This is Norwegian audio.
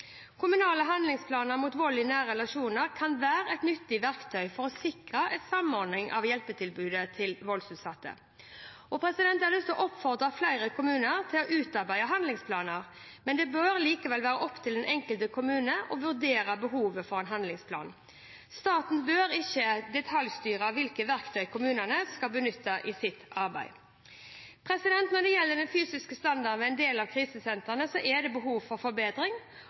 Kommunale handlingsplaner mot vold i nære relasjoner kan være et nyttig verktøy for å sikre et samordnet hjelpetilbud til voldsutsatte. Jeg vil oppfordre flere kommuner til å utarbeide handlingsplaner, men det bør likevel være opp til den enkelte kommune å vurdere behovet for en handlingsplan. Staten bør ikke detaljstyre hvilke verktøy kommunene skal benytte i sitt arbeid. Når det gjelder den fysiske standarden ved en del krisesentre, er det behov for